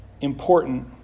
important